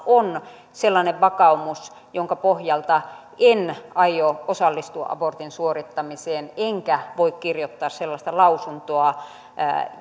on sellainen vakaumus jonka pohjalta en aio osallistua abortin suorittamiseen enkä voi kirjoittaa sellaista lausuntoa